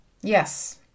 yes